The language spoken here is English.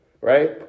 right